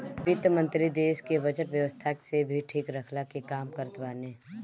वित्त मंत्री देस के बजट व्यवस्था के भी ठीक रखला के काम करत बाने